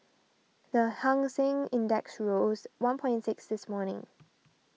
the Hang Seng Index rose one point six this morning